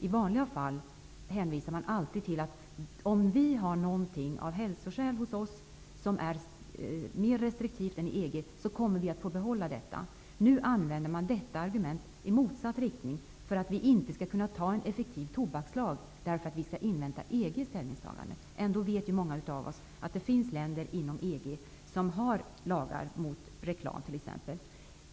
I vanliga fall hänvisar man alltid till att vi kommer att få behålla våra lagar om vi av hälsoskäl har mer restriktiva sådana än EG. Nu används detta argument i motsatt riktning, nämligen att vi inte skall kunna anta en effektiv tobakslag därför att vi skall invänta EG:s ställningstagande. Många vet ju att det inom EG finns många länder som har lagar mot exempelvis reklam.